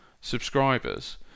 subscribers